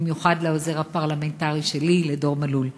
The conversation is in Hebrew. במיוחד לעוזר הפרלמנטרי שלי דור מלול.